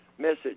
Message